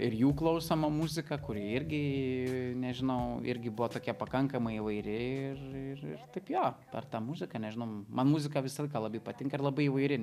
ir jų klausoma muzika kuri irgi nežinau irgi buvo tokia pakankamai įvairi ir ir ir taip jo per tą muziką nežinau man muzika visą laiką labai patinka ir labai įvairi